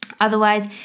Otherwise